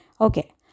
Okay